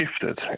shifted